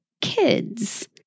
kids